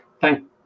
Thank